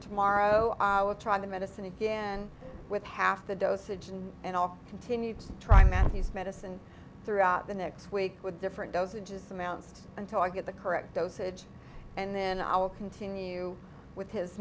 tomorrow i will try the medicine again with half the dosage and i'll continue to try matthew's medicine throughout the next week with different doesn't just announced until i get the correct dosage and then i will continue with his